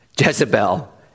Jezebel